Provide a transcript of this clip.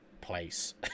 place